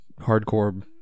hardcore